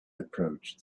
approached